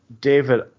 David